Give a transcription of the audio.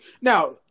Now